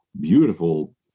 beautiful